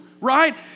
Right